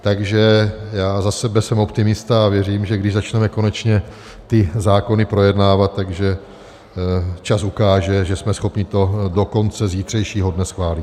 Takže já za sebe jsem optimista a věřím, že když začneme konečně ty zákony projednávat, tak že čas ukáže, že jsme schopni to do konce zítřejšího dne schválit.